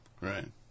Right